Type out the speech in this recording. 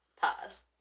pause